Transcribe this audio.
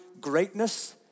greatness